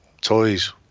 toys